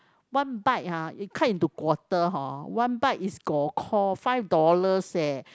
one bite ah you cut into quarter hor one bite is go kor five dollars eh